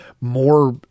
more